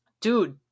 Dude